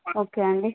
okay అండి